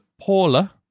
Paula